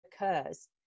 occurs